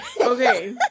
Okay